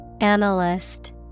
Analyst